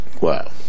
Wow